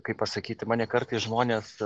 kaip pasakyti mane kartais žmonės